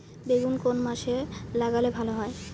বেগুন কোন মাসে লাগালে ভালো হয়?